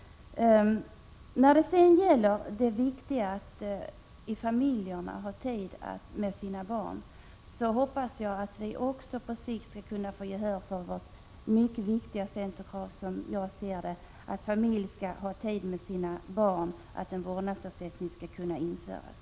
När det sedan gäller det viktigaste, att familjerna skall ha tid för sina barn, hoppas jag att vi på sikt också skall få gehör för detta vårt — som jag ser det — mycket viktiga centerkrav. En familj bör ha tid för sina barn och en vårdnadsersättning skall införas.